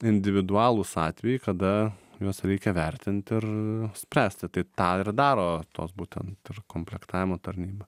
individualūs atvejai kada juos reikia vertinti ir spręsti tai tą ir daro tos būtent komplektavimo tarnyba